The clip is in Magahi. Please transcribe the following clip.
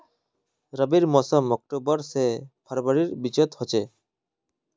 रविर मोसम अक्टूबर से फरवरीर बिचोत होचे